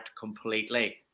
completely